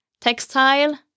textile